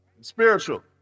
spiritual